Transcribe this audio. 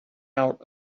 out